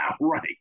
right